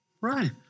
Right